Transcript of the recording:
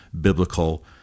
biblical